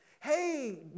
Hey